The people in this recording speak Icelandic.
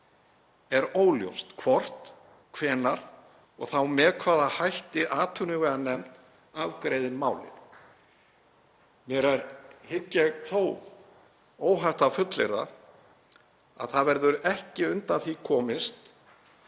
er óljóst hvort, hvenær og þá með hvaða hætti atvinnuveganefnd afgreiðir málið. Mér er, hygg ég þó, óhætt að fullyrða að það verður ekki undan því komist